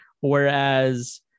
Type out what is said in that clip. Whereas